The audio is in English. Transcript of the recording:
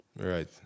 Right